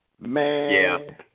man